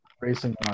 racing